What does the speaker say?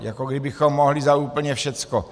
Jako kdybychom mohli za úplně všechno.